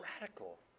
radical